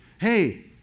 Hey